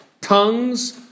Tongues